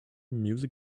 music